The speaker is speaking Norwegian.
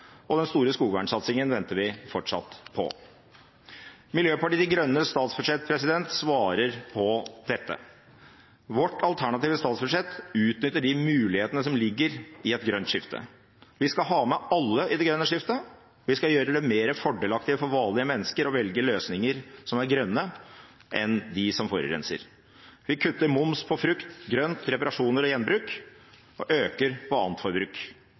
og den store skogvernsatsingen venter vi fortsatt på. Miljøpartiet De Grønnes statsbudsjett svarer på dette. Vårt alternative statsbudsjett utnytter de mulighetene som ligger i et grønt skifte. Vi skal ha med alle i det grønne skiftet. Vi skal gjøre det mer fordelaktig for vanlige mennesker å velge løsninger som er grønne, enn de som forurenser. Vi kutter moms på frukt, grønt, reparasjoner og gjenbruk og øker på annet forbruk.